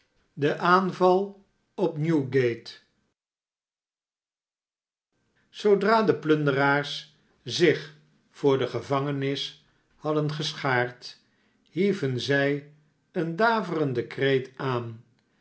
de aanval op newgate zoodra de plunderaars zich voor de gevangenis hadden geschaard hieven zij een daverenden kreet aan